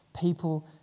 people